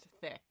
thick